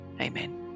Amen